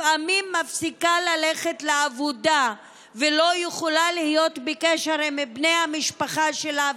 לפעמים מפסיקה ללכת לעבודה ולא יכולה להיות בקשר עם בני המשפחה שלה,